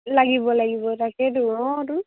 লাগিব লাগিব তাকেইেটো অঁ তো